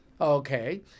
Okay